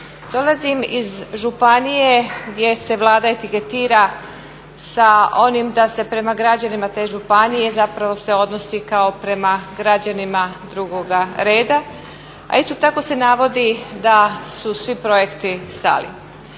Dolazim iz županije gdje se Vlada etiketira sa onim da se prema građanima te županije zapravo se odnosi kao prema građanima drugoga reda, a isto tako se navodi da su svi projekti stali.